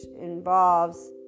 involves